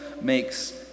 makes